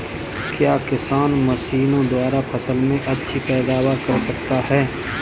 क्या किसान मशीनों द्वारा फसल में अच्छी पैदावार कर सकता है?